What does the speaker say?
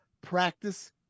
practice